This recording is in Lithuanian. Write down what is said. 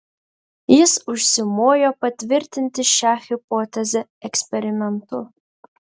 jis užsimojo patvirtinti šią hipotezę eksperimentu